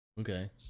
Okay